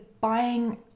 buying